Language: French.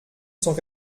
cent